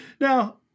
Now